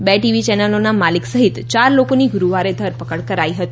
બે ટીવી ચેનલોના માલિક સહિત ચાર લોકોની ગુરૂવારે ધરપકડ કરાઇ હતી